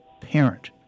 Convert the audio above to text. parent